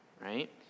right